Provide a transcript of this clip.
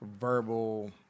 verbal